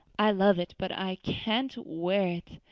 i love it, but i can't wear it.